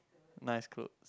nice clothes